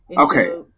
Okay